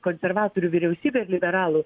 konservatorių vyriausybę ir liberalų